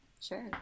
sure